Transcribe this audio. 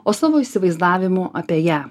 o savo įsivaizdavimu apie ją